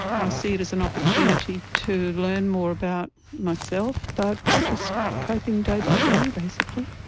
i see it as an opportunity to learn more about myself but just coping day by day basically.